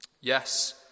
yes